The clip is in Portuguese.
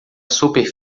super